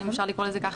אם אפשר לקרוא לזה כך,